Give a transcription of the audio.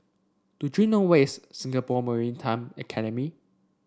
do you know where is Singapore Maritime Academy